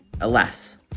Alas